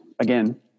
again